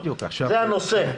זה הנושא.